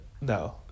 No